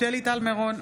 שלי טל מירון,